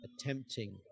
attempting